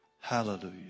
Hallelujah